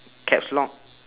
caps lock